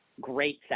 great